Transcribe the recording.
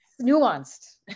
nuanced